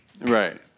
Right